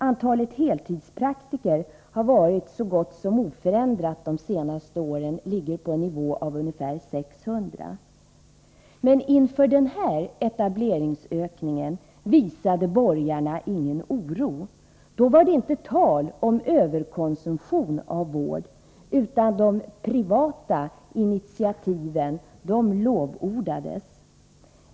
Antalet heltidspraktiker har varit så gott som oförändrat de senaste åren, ca 600. Inför denna etableringsökning visade borgarna ingen oro. Då var det inte tal om överkonsumtion av vård, utan de privata initiativen lovordades.